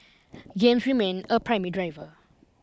games remain a primary driver